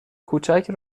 کوچک